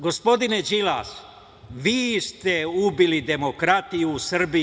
Gospodine Đilas, vi ste ubili demokratiju u Srbiji.